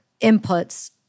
inputs